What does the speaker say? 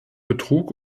betrug